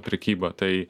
prekybą tai